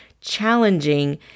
challenging